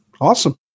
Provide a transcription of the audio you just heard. Awesome